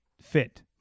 fit